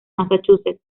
massachusetts